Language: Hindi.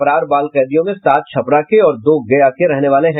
फरार बाल कैदियों में सात छपरा के और दो गया के रहने वाले हैं